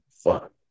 fuck